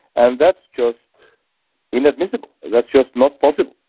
and that's just inadmissible. that's just not possible.